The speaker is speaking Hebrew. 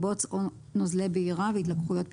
בוץ או נוזלי בעירה והתלקחויות פתאומיות.